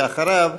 ואחריו,